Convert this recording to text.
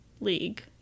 league